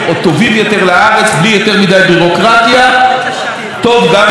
זה טוב גם ליעילות האנרגטית ולהפחתת תצרוכת החשמל,